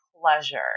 pleasure